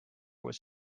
was